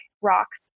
rocks